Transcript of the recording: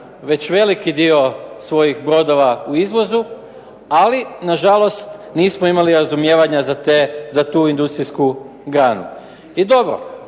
već veliki dio svojih brodova u izvozu. Ali na žalost nismo imali razumijevanja za tu industrijsku granu. I dobro,